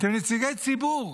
אתם נציגי ציבור.